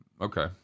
Okay